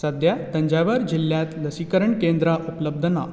सद्या तंजावर जिल्ल्यांत लसीकरण केंद्रां उपलब्ध ना